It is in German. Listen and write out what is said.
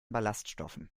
ballaststoffen